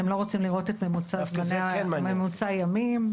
אתם לא רוצים לראות את ממוצע הימים?